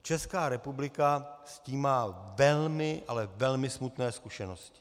Česká republika s tím má velmi, ale velmi smutné zkušenosti.